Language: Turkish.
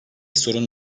sorun